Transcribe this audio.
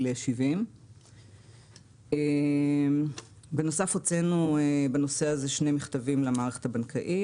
70. בנוסף הוצאנו בנושא הזה שני מכתבים למערכת הבנקאית.